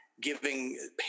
giving